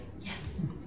yes